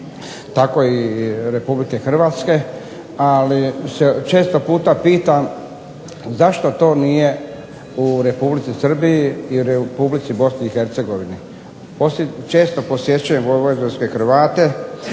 tako i Republike Hrvatske, ali često puta se pitam zašto to nije u Republici Srbiji i Republici Bosni i Hercegovini. Često posjećujem vojvodinske Hrvate